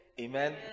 Amen